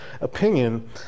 opinion